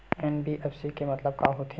NBFC के मतलब का होथे?